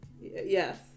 Yes